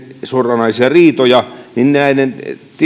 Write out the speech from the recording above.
suoranaisia riitoja ja näiden